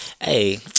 Hey